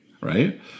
right